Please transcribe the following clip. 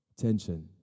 tension